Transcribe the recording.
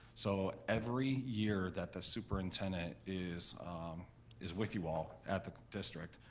so every year that the superintendent is is with you all at the district,